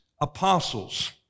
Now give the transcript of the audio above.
apostles